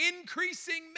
increasing